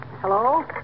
Hello